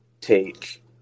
take